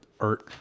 art